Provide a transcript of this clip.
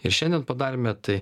ir šiandien padarėme tai